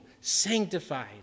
sanctified